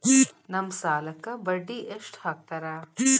ನಮ್ ಸಾಲಕ್ ಬಡ್ಡಿ ಎಷ್ಟು ಹಾಕ್ತಾರ?